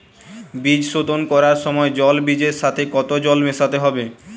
বীজ শোধন করার সময় জল বীজের সাথে কতো জল মেশাতে হবে?